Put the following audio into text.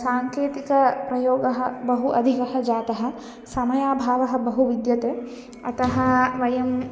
साङ्केतिकः प्रयोगः बहु अधिकः जातः समयाभावः बहु विद्यते अतः वयम्